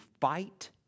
fight